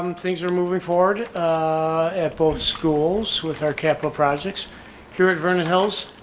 um things are moving forward at both schools with our capital projects here at vernon hills